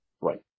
Right